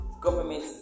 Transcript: government